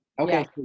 okay